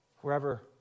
Wherever